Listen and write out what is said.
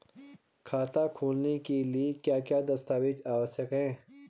खाता खोलने के लिए क्या क्या दस्तावेज़ आवश्यक हैं?